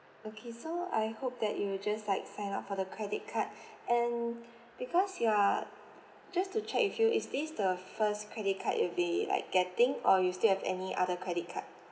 okay so I hope that you will just like sign up for the credit card and because you are just to check with you is this the first credit card you'll be like getting or you still have any other credit card